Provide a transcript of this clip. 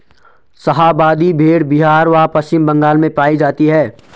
शाहाबादी भेड़ बिहार व पश्चिम बंगाल में पाई जाती हैं